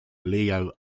leo